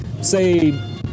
say